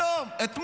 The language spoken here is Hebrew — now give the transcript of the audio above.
היום, אתמול,